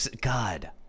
God